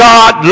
God